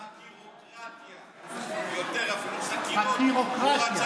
חקירוקרטיה, יותר אפילו, חקירות, חקירוקרטיה.